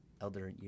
elder